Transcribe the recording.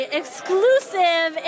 exclusive